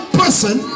person